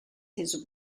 his